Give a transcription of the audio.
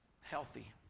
healthy